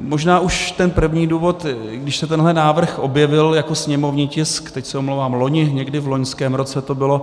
Možná už ten první důvod, když se tenhle návrh objevil jako sněmovní tisk, teď se omlouvám, loni, někdy v loňském roce to bylo,